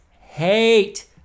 hate